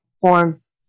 forms